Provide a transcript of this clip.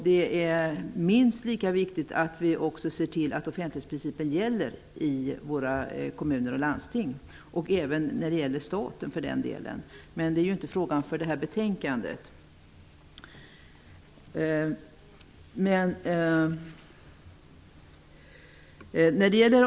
Det är också minst lika viktigt att vi tillser att offentlighetsprincipen tillämpas i våra kommuner och landsting och, för den delen, även på det statliga området, även om det inte är detta som behandlas i det här betänkandet.